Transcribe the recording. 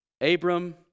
Abram